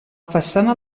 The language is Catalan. façana